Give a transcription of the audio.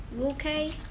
okay